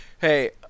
hey